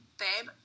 babe